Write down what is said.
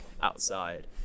outside